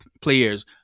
players